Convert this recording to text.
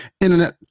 internet